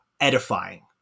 edifying